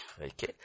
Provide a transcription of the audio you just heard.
Okay